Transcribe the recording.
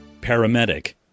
Paramedic